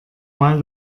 mal